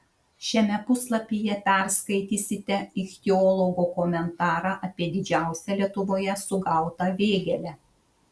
šiame puslapyje perskaitysite ichtiologo komentarą apie didžiausią lietuvoje sugautą vėgėlę